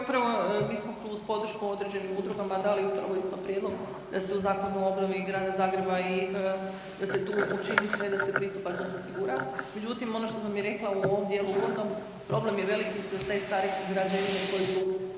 Pa upravo mislim tu uz podršku određenih udrugama, da li upravo u istom prijedlogu da se u Zakonu o obnovi grada Zagreba, da se tu učini sve da se pristupačnost osigura međutim ono što sam i rekla u ovom djelu uvodnom, problem je velik sa tih starih građevina koje su